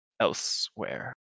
elsewhere